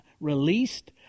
released